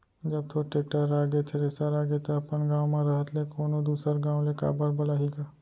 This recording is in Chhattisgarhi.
जब तोर टेक्टर आगे, थेरेसर आगे त अपन गॉंव म रहत ले कोनों दूसर गॉंव ले काबर बलाही गा?